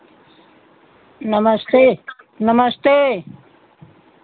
नमस्ते नमस्ते